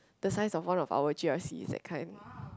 the size of one of our G_R_C that kind